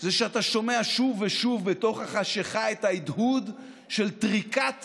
זה שאתה שומע שוב ושוב בתוך החשכה את ההדהוד של טריקת